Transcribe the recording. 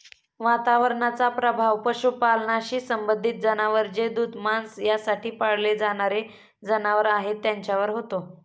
वातावरणाचा प्रभाव पशुपालनाशी संबंधित जनावर जे दूध, मांस यासाठी पाळले जाणारे जनावर आहेत त्यांच्यावर होतो